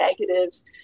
negatives